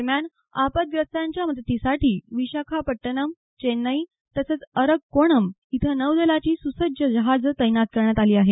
दरम्यान आपदग्रस्तांच्या मदतीसाठी विशाखापट्टणम् चेन्नई तसंच अरककोणम इथं नौदलाची सुसज्ज जहाजं तैनात करण्यात आली आहेत